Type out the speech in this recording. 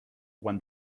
when